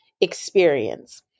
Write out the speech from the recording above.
experience